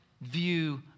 view